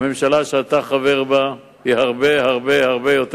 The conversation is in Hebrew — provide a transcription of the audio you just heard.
הממשלה שאתה חבר בה הרבה הרבה הרבה יותר